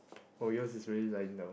oh yours is really lying down